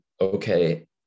okay